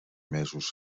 mesos